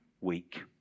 week